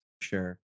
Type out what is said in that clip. Sure